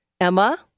Emma